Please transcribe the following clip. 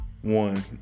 one